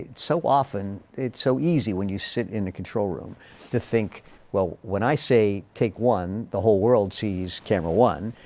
so often it's so easy when you sit in the control room to think well when i say take one the whole world sees camera one.